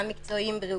גם מקצועיים בריאותיים,